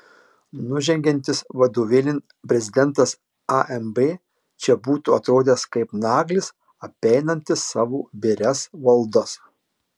nužengiantis vadovėlin prezidentas amb čia būtų atrodęs kaip naglis apeinantis savo birias valdas